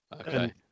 Okay